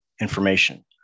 information